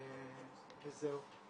תודה.